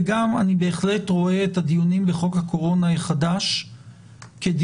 ואני בהחלט רואה את הדיונים בחוק הקורונה חדש כדיונים